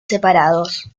separados